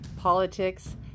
politics